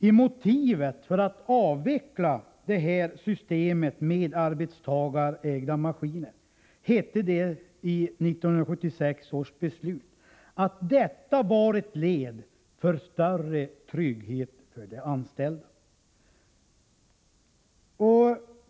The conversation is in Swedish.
I motivet för att avveckla systemet med arbetstagarägda maskiner hette det i 1976 års beslut att detta var ett led i strävan efter större trygghet för de anställda.